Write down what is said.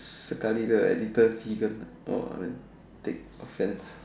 sekali the editor vegan ah !wah! then take offense